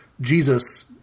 Jesus